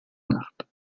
nacht